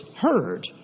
heard